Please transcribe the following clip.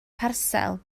parsel